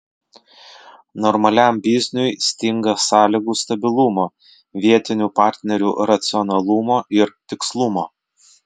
normaliam bizniui stinga sąlygų stabilumo vietinių partnerių racionalumo ir tikslumo